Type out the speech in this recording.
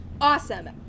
Awesome